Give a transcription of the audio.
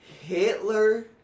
Hitler